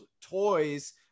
Toys